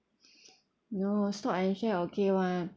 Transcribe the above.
no stock and share okay [one]